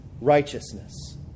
righteousness